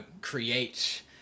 create